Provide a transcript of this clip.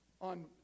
on